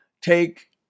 take